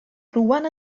rwan